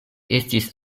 estis